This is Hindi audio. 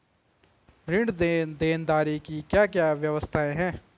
ऋण देनदारी की क्या क्या व्यवस्थाएँ हैं?